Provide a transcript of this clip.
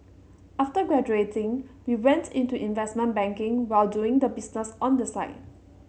after graduating he went into investment banking while doing the business on the side